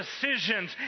decisions